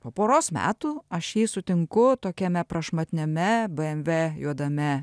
po poros metų aš jį sutinku tokiame prašmatniame bmw juodame